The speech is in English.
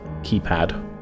keypad